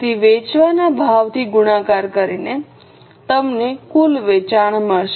તેથી વેચવાના ભાવથી ગુણાકાર કરીને તમને કુલ વેચાણ મળશે